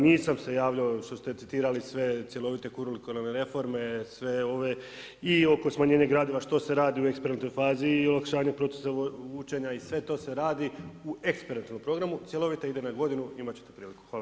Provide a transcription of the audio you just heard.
Nisam se javljao što ste citirali sve cjelovite kurikularne reforme, sve ovo, i oko smanjenja gradiva, što se radi u eksperimentalnoj fazi i olakšanju procesa učenja i sve to se radi u eksperimentalnom programu, cjelovita ide na godinu, imat ćete priliku.